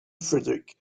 frederick